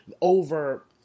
Over